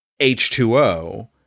H2O